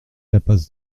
impasse